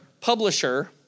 publisher